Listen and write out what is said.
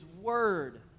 word